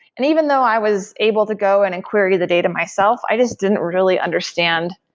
and even though i was able to go and inquiry the data myself, i just didn't really understand,